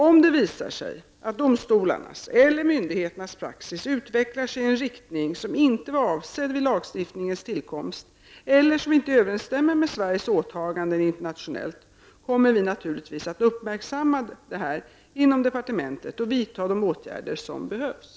Om det visar sig att domstolarnas eller myndigheternas praxis utvecklar sig i en riktning, som inte var avsedd vid lagstiftningens tillkomst eller som inte överensstämmer med Sveriges åtaganden internationellt, kommer vi naturligtvis att uppmärksamma detta inom departementet och vidta de åtgärder som behövs.